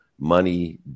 money